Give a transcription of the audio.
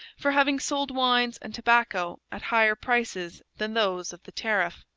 for having sold wines and tobacco at higher prices than those of the tariff.